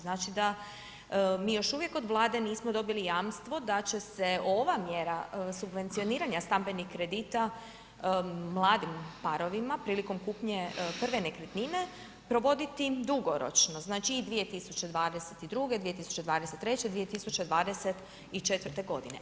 Znači da mi još uvijek od Vlade nismo dobili jamstvo da će se ova mjera subvencioniranja stambenih kredita mladim parovima prilikom kupnje prve nekretnine provoditi dugoročno, znači i 2022., 2023., 2024. godine.